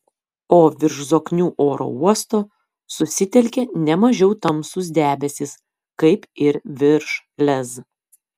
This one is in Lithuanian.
o virš zoknių oro uosto susitelkė ne mažiau tamsūs debesys kaip ir virš lez